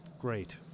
Great